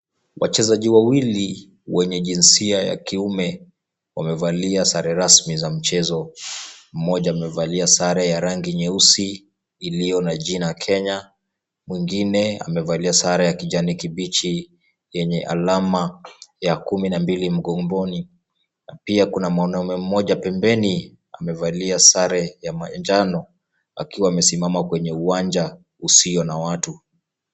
Wachezaji wawili wenye jinsia ya kiume, wamevalia sare rasmi za mchezo. Mmoja amevalia sare ya rangi nyeusi iliyo na jina [Kenya], mwingine amevalia sare ya kijani kibichi yenye alama ya kumi na mbili mgongoni. Na pia kuna mwanaume mmoja pembeni amevalia sare ya manjano akiwa amesimama kwenye uwanja usio na watu.